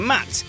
Matt